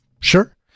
Sure